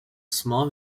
small